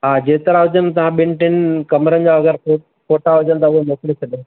हा जेतिरा हुजनि तव्हां ॿिनि टिनि कमिरनि जा अगरि फ़ोटा हुजनि त उहो मोकिले छॾियो